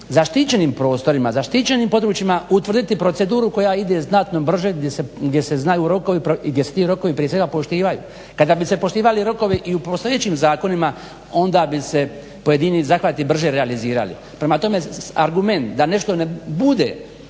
zaštićenim prostorima, zaštićenim područjima utvrditi proceduru koja ide znatno brže gdje se znaju rokovi i gdje se prije svega ti rokovi poštivaju. Kada bi se ti rokovi poštivali i u postojećem zakonima onda bi se pojedini zahvati brže realizirali. Prema tome, argument da nešto ne bude